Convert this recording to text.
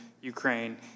Ukraine